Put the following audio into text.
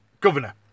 governor